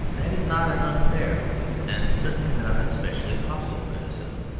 that is not an unfair and certainly not a specially hostile criticism,